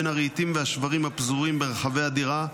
בין הרהיטים והשברים הפזורים ברחבי המדינה,